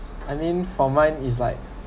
and then for mine is like